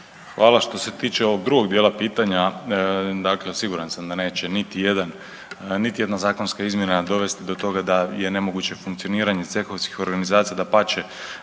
Hvala. Što se tiče ovog drugog dijela pitanja, dakle siguran sam da neće niti jedna zakonska izmjena dovesti do toga da je nemoguće funkcioniranje cehovskih organizacija. Dapače,